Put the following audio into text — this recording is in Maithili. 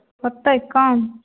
होतै कम